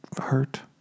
hurt